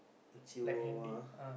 chihuahua